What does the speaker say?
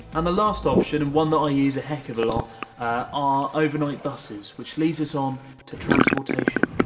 and the last option and one that i use a heck of a lot are overnight buses which leads us on to transportation